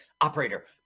operator